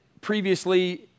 previously